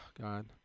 God